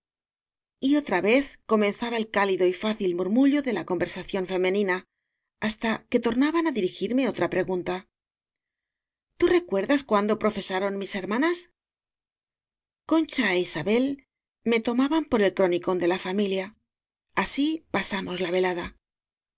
otra vez comenzaba el cálido y fácil mur mullo de la conversación femenina hasta que tornaban á dirigirme otra pregunta tú recuerdas cuándo profesaron mis hermanas concha é isabel me tomaban por el croni cón de la familia así pasamos la velada